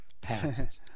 past